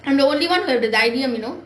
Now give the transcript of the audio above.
and the only one with the idea you know